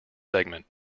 segment